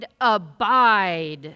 abide